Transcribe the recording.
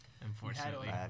unfortunately